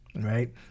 right